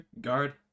guard